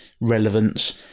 relevance